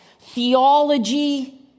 theology